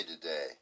today